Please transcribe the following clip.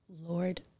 Lord